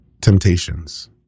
temptations